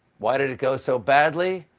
why did it go so badly?